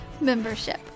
Membership